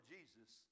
Jesus